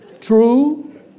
True